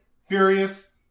Furious